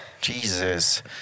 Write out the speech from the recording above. Jesus